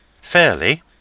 fairly